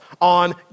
on